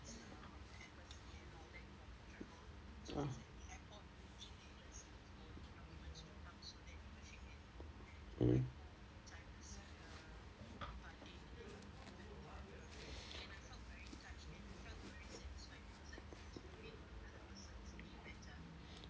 mm